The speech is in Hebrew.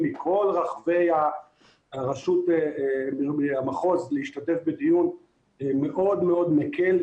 מכל רחבי המחוז להשתתף בדיון מאוד מקל.